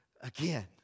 again